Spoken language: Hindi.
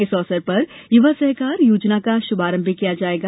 इस अवसर पर युवा सहकार योजना का भी शुभारंभ किया जायेगा